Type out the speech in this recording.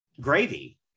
gravy